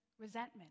Resentment